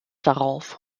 darauf